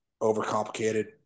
overcomplicated